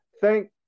thank